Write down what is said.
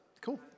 Cool